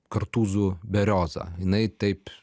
kartūzų berioza jinai taip